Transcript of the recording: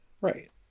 right